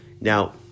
Now